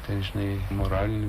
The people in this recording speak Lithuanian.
ten žinai moralinį